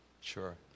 Sure